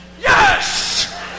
Yes